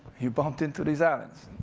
you bumped into these islands,